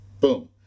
Boom